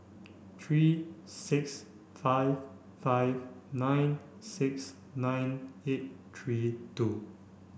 three six five five nine six nine eight three two